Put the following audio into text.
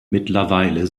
mittlerweile